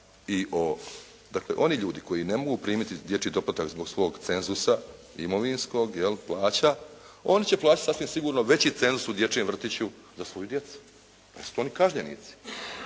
dakle oni ljudi koji ne mogu primiti dječji doplatak zbog svog cenzusa imovinskog, jel plaća, oni će platiti sasvim sigurno veći cenzus u dječjem vrtiću za svoju djecu. Pa jesu li to oni kažnjenici?